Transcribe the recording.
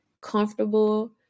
comfortable